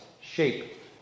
shape